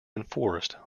enforced